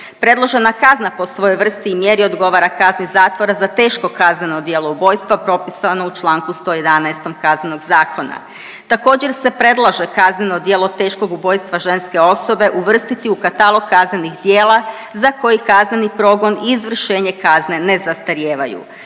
Predložena kazna po svojoj vrsti i mjeri odgovara kazni zatvora za teško kazneno djelo ubojstva propisano u čl. 111. Kaznenog zakona. Također se predlaže kazneno djelo teškog ubojstva ženske osobe uvrstiti u katalog kaznenih djela za koji kazneni progon i izvršenje kazne ne zastarijevaju.